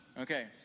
Okay